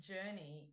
Journey